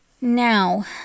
Now